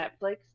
netflix